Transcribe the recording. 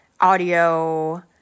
audio